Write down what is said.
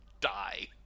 Die